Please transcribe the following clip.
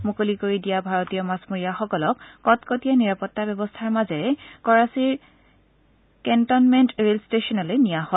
মুকলি কৰি দিয়া ভাৰতীয় মাছমৰীয়াসকলক কটকটীয়া নিৰাপত্তা ব্যৱস্থাৰ মাজেৰে কৰাচীৰ কেন্টনমেণ্ট ৰেল ষ্টেচনলৈ নিয়া হয়